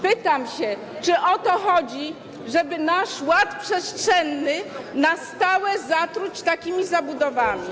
Pytam, czy o to chodzi, żeby nasz ład przestrzenny na stałe zatruć taką zabudową?